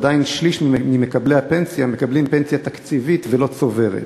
עדיין שליש ממקבלי הפנסיה מקבלים פנסיה תקציבית ולא צוברת.